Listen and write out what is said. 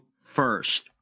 first